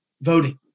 voting